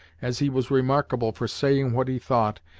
as he was remarkable for saying what he thought,